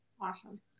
Awesome